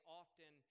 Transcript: often